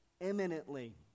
imminently